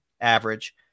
average